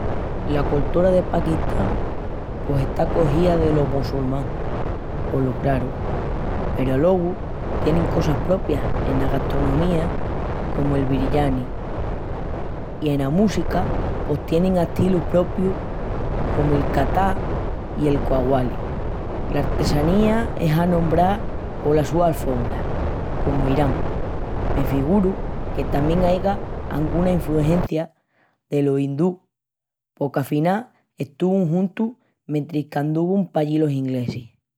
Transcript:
La coltura de Pakistán pos está cogía delo mossulmán, polo craru. Peru alogu tienin cosas propias ena gastronomía comu'l biryani. I ena música pos tienin astilus propius comu'l kathat i el qawwali. L'artesanía es anombrá polas sus alfombras, comu Irán. Me figuru que tamién aiga anguna infrugencia delo indú porque afinal estuvun juntus mentris qu'anduvun pallí los inglesis.